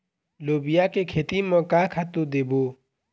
लोबिया के खेती म का खातू देबो?